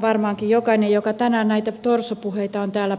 varmaankin jokainen joka tänään näitä torsopuheita on täällä